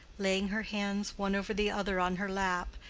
laying her hands one over the other on her lap,